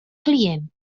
client